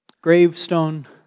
gravestone